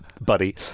buddy